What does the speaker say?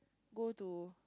go to